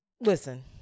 Listen